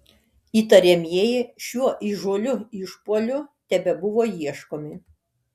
įtariamieji šiuo įžūliu išpuoliu tebebuvo ieškomi